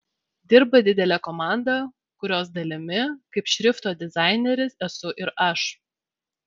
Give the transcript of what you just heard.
dirba didelė komanda kurios dalimi kaip šrifto dizaineris esu ir aš